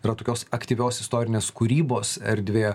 yra tokios aktyvios istorinės kūrybos erdvė